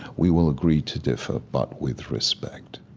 we will agree to differ, but with respect.